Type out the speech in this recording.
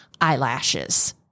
eyelashes